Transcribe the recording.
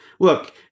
Look